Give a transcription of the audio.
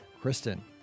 Kristen